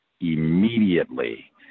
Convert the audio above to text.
immediately